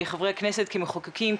חברי הכנסת כמחוקקים,